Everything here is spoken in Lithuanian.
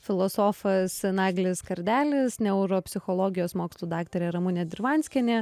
filosofas naglis kardelis neuropsichologijos mokslų daktarė ramunė dirvanskienė